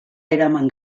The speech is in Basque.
eraman